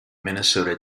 minnesota